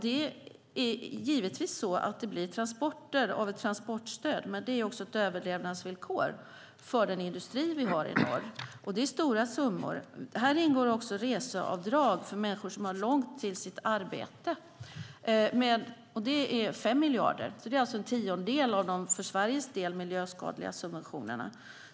Det är givetvis så att det blir transporter av ett transportstöd, men det är också ett överlevnadsvillkor för den industri vi har i norr. Det är stora summor. Även reseavdrag för människor som har långt till arbetet ingår med 5 miljarder, en tiondel av de för Sveriges del miljöskadliga subventionerna.